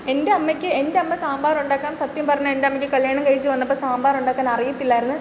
എൻ്റമ്മയ്ക്ക് എൻ്റമ്മ സാമ്പാറുണ്ടാക്കാൻ സത്യം പറഞ്ഞാൽ എൻ്റമ്മയ്ക്ക് കല്യാണം കഴിച്ചു വന്നപ്പം സാമ്പാറുണ്ടാക്കാൻ അറിയത്തില്ലായിരുന്നു